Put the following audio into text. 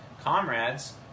comrades